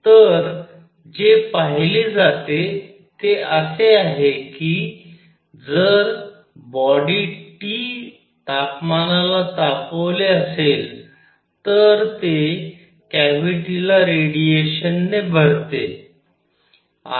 तर जे पाहिले जाते ते असे आहे की जर बॉडी T तापमानाला तापवले असेल तर ते कॅव्हिटीला रेडिएशनने भरते